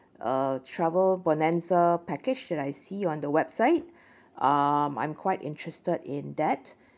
uh travel bonanza package that I see on the website um I'm quite interested in that